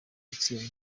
gutsindwa